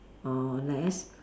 or less